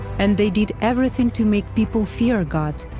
and they did everything to make people fear god